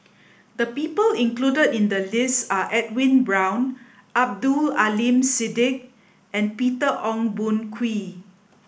the people included in the list are Edwin Brown Abdul Aleem Siddique and Peter Ong Boon Kwee